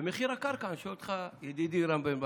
ומחיר הקרקע, אני שואל אותך, ידידי רם בן ברק,